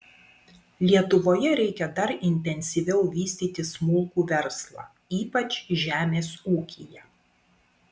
lietuvoje reikia dar intensyviau vystyti smulkų verslą ypač žemės ūkyje